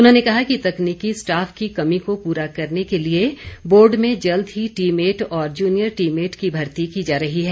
उन्होंने कहा कि तकनीकी स्टाफ की कमी को पूरा करने के लिए बोर्ड में जल्द ही टी मेट और जूनियर टी मेट की भर्ती की जा रही है